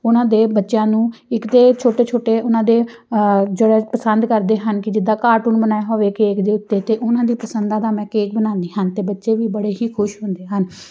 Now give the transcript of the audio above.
ਉਹਨਾਂ ਦੇ ਬੱਚਿਆਂ ਨੂੰ ਇੱਕ ਤਾਂ ਛੋਟੇ ਛੋਟੇ ਉਹਨਾਂ ਦੇ ਜੋ ਪਸੰਦ ਕਰਦੇ ਹਨ ਕਿ ਜਿੱਦਾਂ ਕਾਰਟੂਨ ਬਣਾਇਆ ਹੋਵੇ ਕੇਕ ਦੇ ਉੱਤੇ ਅਤੇ ਉਹਨਾਂ ਦੀ ਪਸੰਦ ਦਾ ਮੈਂ ਕੇਕ ਬਣਾਉਂਦੀ ਹਨ ਅਤੇ ਬੱਚੇ ਵੀ ਬੜੇ ਹੀ ਖੁਸ਼ ਹੁੰਦੇ ਹਨ